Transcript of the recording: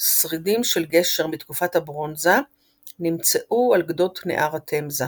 שרידים של גשר מתקופת הברונזה נמצאו על גדות נהר התמזה,